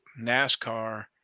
NASCAR